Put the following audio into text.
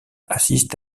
assistent